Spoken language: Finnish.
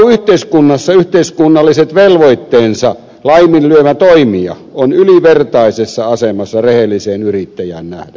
kilpailuyhteiskunnassa yhteiskunnalliset velvoitteensa laiminlyövä toimija on ylivertaisessa asemassa rehelliseen yrittäjään nähden